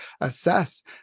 assess